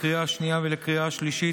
לקריאה השנייה ולקריאה השלישית,